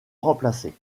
remplacé